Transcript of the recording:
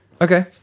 Okay